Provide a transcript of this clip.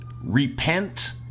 Repent